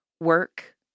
work